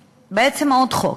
בעצם עוד חוק.